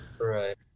Right